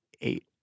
eight